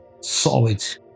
solid